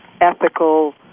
ethical